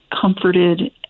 comforted